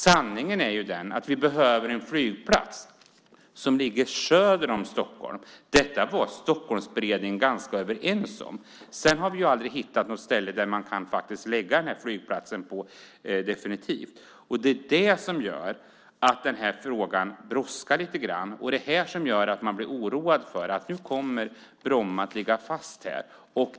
Sanningen är att vi behöver en flygplats som ligger söder om Stockholm. Detta var man i Stockholmsberedningen ganska överens om. Men sedan har vi aldrig hittat något ställe där man definitivt kan förlägga flygplatsen, och det är det som gör att den här frågan brådskar. Det är också därför man blir orolig för att Bromma kommer att vara kvar.